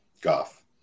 Goff